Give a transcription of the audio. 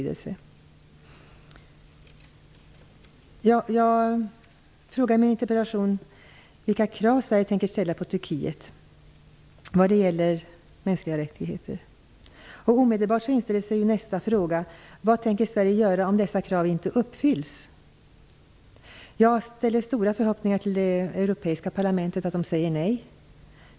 Jag frågar i min interpellation vilka krav Sverige tänker ställa på Turkiet vad gäller mänskliga rättigheter. Omedelbart inställer sig nästa fråga: Vad tänker Sverige göra om dessa krav inte uppfylls? Jag ställer stora förhoppningar till att det europeiska parlamentet säger nej.